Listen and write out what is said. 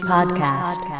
Podcast